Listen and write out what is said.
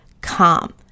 calm